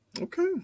Okay